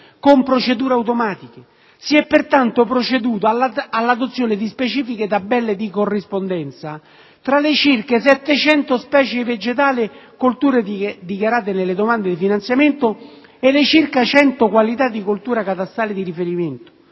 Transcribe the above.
con procedure automatiche. Si è pertanto proceduto all'adozione di specifiche tabelle di corrispondenza tra le circa 700 specie vegetali (colture dichiarate nelle domande di finanziamento) e le circa 100 qualità di coltura catastale di riferimento.